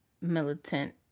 militant